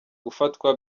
gufatwa